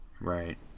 Right